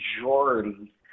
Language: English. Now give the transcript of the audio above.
majority